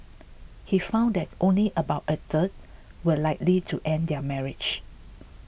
he found that only about a third were likely to end their marriage